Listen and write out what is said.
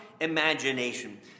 imagination